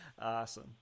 Awesome